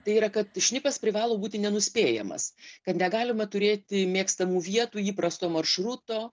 tai yra kad šnipas privalo būti nenuspėjamas kad negalima turėti mėgstamų vietų įprasto maršruto